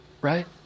Right